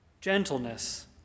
Gentleness